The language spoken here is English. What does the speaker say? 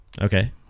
Okay